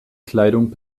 kleidung